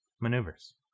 maneuvers